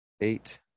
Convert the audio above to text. eight